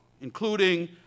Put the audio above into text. including